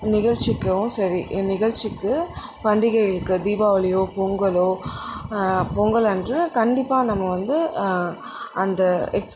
நிகழ்ச்சிக்கும் சரி நிகழ்ச்சிக்கு பண்டிகைகளுக்கு தீபாவளியோ பொங்கலோ பொங்கலன்று கண்டிப்பாக நம்ம வந்து அந்த